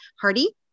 Hardy